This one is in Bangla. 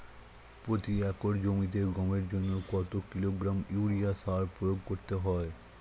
প্রতি একর জমিতে গমের জন্য কত কিলোগ্রাম ইউরিয়া সার প্রয়োগ করতে হয়?